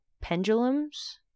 pendulums